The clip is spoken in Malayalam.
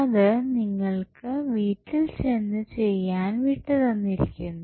അത് നിങ്ങൾക്കു വീട്ടിൽ ചെന്ന് ചെയ്യാൻ വിട്ടു തന്നിരിക്കുന്നു